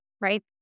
right